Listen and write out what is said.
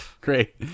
Great